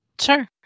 Sure